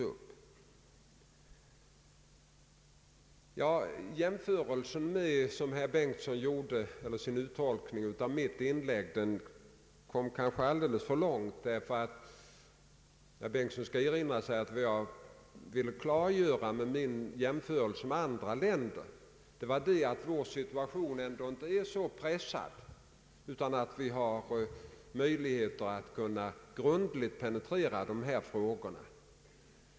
Den tolkning som herr Bengtson gjorde av mitt inlägg förde alldeles för långt, ty herr Bengtson bör erinra sig att vad jag ville klargöra med min jämförelse med andra länder var att vår situation ändå inte var så hårt pressad utan att vi hade möjligheter att grundligt penetrera dessa frågor.